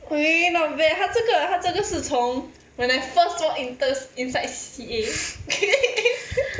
eh not bad 他这个他这个是从 when I first inside C_A